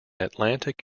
atlantic